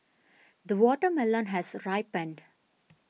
the watermelon has ripened